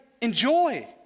enjoy